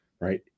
right